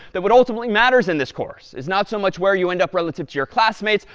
that what ultimately matters in this course is not so much where you end up relative to your classmates,